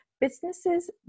businesses